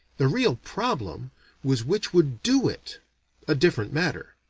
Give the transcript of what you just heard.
the real problem was which would do it a different matter.